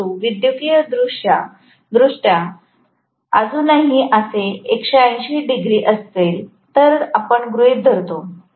परंतु विद्युतीयदृष्ट्या अजूनही असे 180 डिग्री असेल जे आपण गृहित धरतो